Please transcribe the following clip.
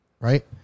right